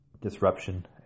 disruption